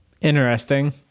Interesting